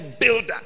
builder